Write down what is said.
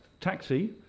Taxi